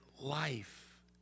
life